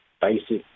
basic